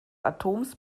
atoms